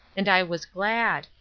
and i was glad,